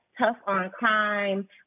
tough-on-crime